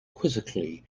quizzically